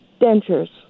dentures